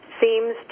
seems